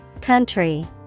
Country